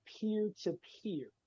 peer-to-peer